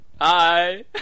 hi